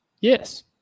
Yes